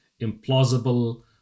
implausible